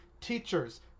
teachers